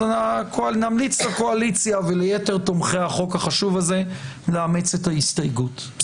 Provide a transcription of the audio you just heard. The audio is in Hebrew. אז נמליץ לקואליציה וליתר תומכי החוק החשוב הזה לאמץ את ההסתייגות,